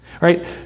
Right